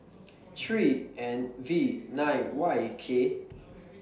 three N V nine Y K